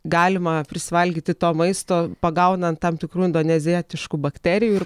galima prisivalgyti to maisto pagaunant tam tikrų indonezietiškų bakterijų ir